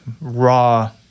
raw